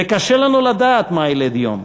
וקשה לנו לדעת מה ילד יום.